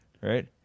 right